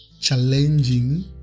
challenging